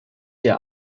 der